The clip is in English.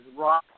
rock